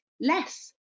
less